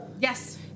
yes